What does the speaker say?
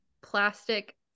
plastic